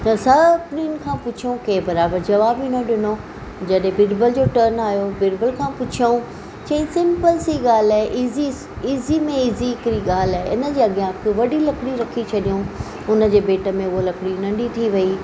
त सभिनीनि खां पुछो की बराबरि जवाब ई न ॾिनो जॾहिं बीरबल जो टर्न आहियो बीरबल खां पुछऊं चईं सिम्पल सी ॻाल्हि आहे ईज़ीएस्ट ईज़ी में ईज़ी हिकड़ी ॻाल्हि आहे हिनजे अॻियां हिकु वॾी लकड़ी रखी छॾऊं हुनजे भेट में उहा लकड़ी नंढी थी वई